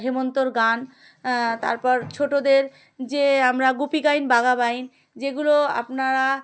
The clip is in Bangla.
হেমন্তর গান তারপর ছোটদের যে আমরা গুপি গাইন বাঘা বাইন যেগুলো আপনারা